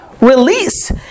release